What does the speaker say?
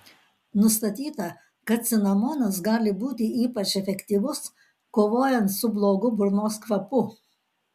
nustatyta kad cinamonas gali būti ypač efektyvus kovojant su blogu burnos kvapu